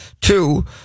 Two